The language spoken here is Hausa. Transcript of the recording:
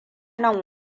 nan